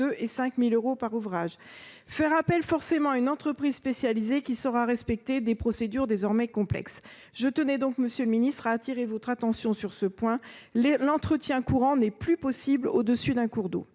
et 5 000 euros par ouvrage -, recourir forcément à une entreprise spécialisée qui saura respecter des procédures désormais complexes. Je tenais donc, monsieur le secrétaire d'État, à attirer votre attention sur ce point : l'entretien courant n'est plus possible au-dessus d'un cours d'eau.